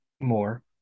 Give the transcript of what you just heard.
more